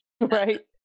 right